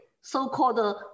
so-called